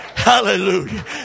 Hallelujah